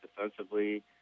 defensively